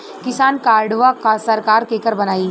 किसान कार्डवा सरकार केकर बनाई?